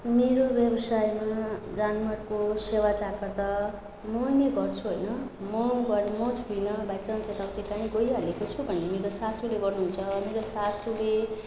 मेरो व्यवसायमा जनावरको सेवाचाकर त म नै गर्छु होइन म गर् म छुइनँ बाई चान्स यताउति काहीँ गइहालेको छु भने मेरो सासूले गर्नुहुन्छ मेरो सासूले